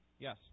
Yes